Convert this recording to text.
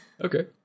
Okay